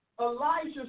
Elijah